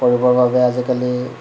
কৰিবৰ বাবে আজিকালি